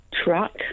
truck